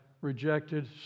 rejected